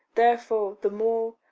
therefore the more,